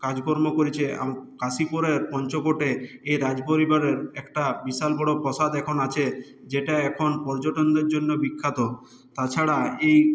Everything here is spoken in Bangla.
কাজকর্ম করেছে কাশীপুরের পঞ্চকোটে এই রাজপরিবারের একটা বিশাল বড়ো প্রাসাদ এখন আছে যেটা এখন পর্যটনদের জন্য বিখ্যাত তাছাড়া এই